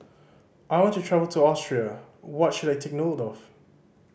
I want to travel to Austria what should I take note of